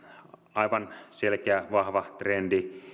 aivan selkeä vahva trendi